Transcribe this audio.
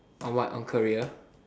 or what on career